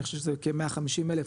אני חושב שזה כ-150 אלף,